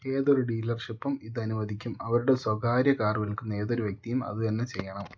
ഏതൊരു ഡീലർഷിപ്പും ഇത് അനുവദിക്കും അവരുടെ സ്വകാര്യ കാർ വിൽക്കുന്ന ഏതൊരു വ്യക്തിയും അത് തന്നെ ചെയ്യണം